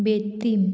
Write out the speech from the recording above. Betim